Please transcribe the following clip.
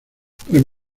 pues